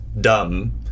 dumb